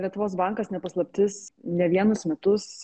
lietuvos bankas ne paslaptis ne vienus metus